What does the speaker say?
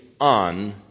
on